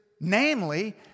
namely